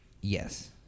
Yes